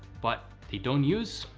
but they don't use,